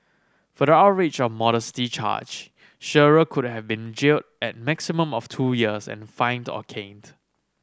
for the outrage of modesty charge Shearer could have been jailed a maximum of two years and fined or caned